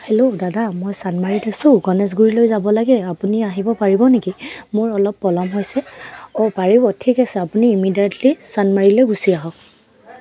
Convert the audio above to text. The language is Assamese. হেল্ল' দাদা মই চানমাৰীত আছোঁ গণেশগুৰিলৈ যাব লাগে আপুনি আহিব পাৰিব নেকি মোৰ অলপ পলম হৈছে অ' পাৰিব ঠিক আছে আপুনি ইমিডিয়েটলি চানমাৰিলৈ গুচি আহক